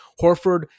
Horford